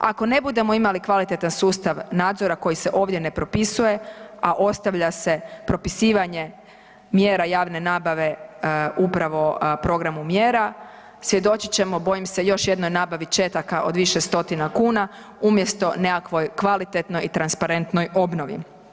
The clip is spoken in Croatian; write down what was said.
Ako ne budemo imali kvalitetan sustav nadzora koji se ovdje ne propisuje, a ostavlja se propisivanje mjera javne nabave upravo programu mjera svjedočit ćemo bojim se još jednoj nabavi četaka od više stotina kuna umjesto nekakvoj kvalitetnoj i transparentnoj obnovi.